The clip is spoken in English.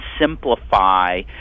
simplify